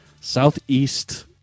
Southeast